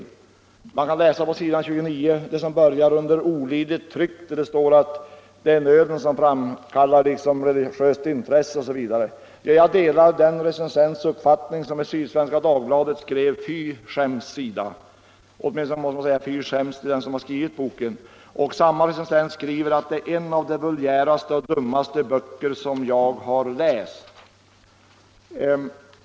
Torsdagen den Man kan läsa på s. 29 att det är nöden som framkallar religiöst intresse 17 april 1975 OSV. Jag delar den recensents uppfattning som i Sydsvenska Dagbladet - Om utformningen skrev: Fy skäms, SIDA! Låt mig åtminstone säga fy skäms till den som = av viss information har skrivit boken. från SIDA Samma recensent skriver att detta är en av de vulgäraste och dummaste böcker han har läst.